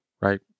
right